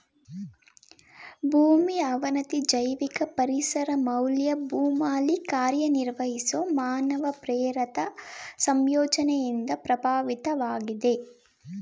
ಭೂಮಿ ಅವನತಿ ಜೈವಿಕ ಪರಿಸರ ಮೌಲ್ಯ ಭೂಮಿಲಿ ಕಾರ್ಯನಿರ್ವಹಿಸೊ ಮಾನವ ಪ್ರೇರಿತ ಸಂಯೋಜನೆಯಿಂದ ಪ್ರಭಾವಿತವಾಗಿದೆ